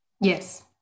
Yes